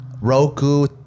Roku